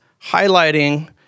highlighting